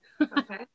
Okay